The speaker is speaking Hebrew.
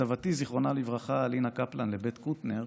סבתי, זיכרונה לברכה, לינה קפלן לבית קוטנר,